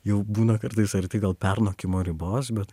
jau būna kartais arti gal pernokimo ribos bet